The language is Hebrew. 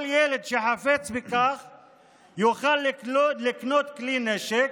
כל ילד שחפץ בכך יוכל לקנות כלי נשק,